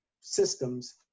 systems